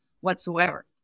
whatsoever